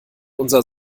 unser